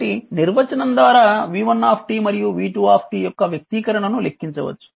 కాబట్టి నిర్వచనం ద్వారా v1 మరియు v2 యొక్క వ్యక్తీకరణను లెక్కించవచ్చు